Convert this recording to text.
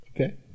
Okay